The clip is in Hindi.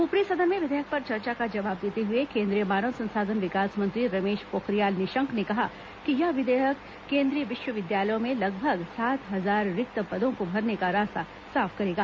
ऊपरी सदन में विधेयक पर चर्चा का जवाब देते हुए केंद्रीय मानव संसाधन विकास मंत्री रमेश पोखरियाल निशंक ने कहा कि यह विधेयक केंद्रीय विश्वविद्यालयों में लगभग सात हजार रिक्त पदों को भरने का रास्ता साफ करेगा